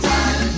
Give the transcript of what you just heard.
Time